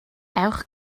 ewch